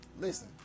Listen